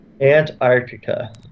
Antarctica